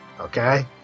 okay